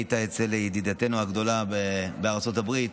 היית אצל ידידתנו הגדולה ארצות הברית